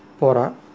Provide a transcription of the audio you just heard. pora